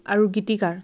আৰু গীতিকাৰ